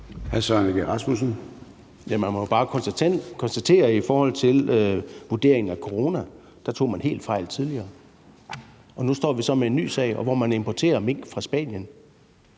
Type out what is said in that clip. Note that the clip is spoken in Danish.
Man må jo bare konstatere, at man i forhold til vurderingen af corona tog helt fejl tidligere. Nu står vi så med en ny sag, hvor man importerer mink fra Spanien.